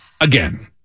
Again